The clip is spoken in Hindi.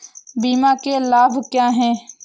बीमा के लाभ क्या हैं?